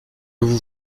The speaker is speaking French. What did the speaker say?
vous